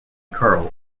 karl